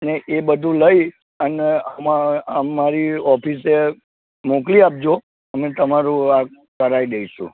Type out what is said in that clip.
ને એ બધુ લઈ અને અમારી ઓફિસે મોકલી આપજો અને તમારું કરાય દઇશું